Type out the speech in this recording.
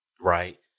right